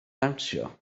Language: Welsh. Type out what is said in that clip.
dawnsio